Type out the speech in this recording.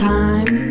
time